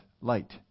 light